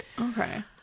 okay